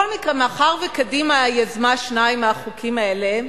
בכל מקרה, מאחר שקדימה יזמה שניים מהחוקים האלה,